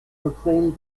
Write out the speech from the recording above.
proclaimed